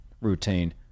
routine